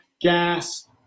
gas